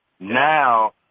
Now